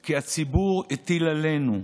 כי הציבור הטיל עלינו,